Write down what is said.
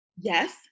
yes